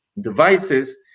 devices